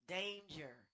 danger